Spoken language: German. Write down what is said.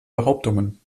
behauptungen